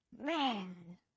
Man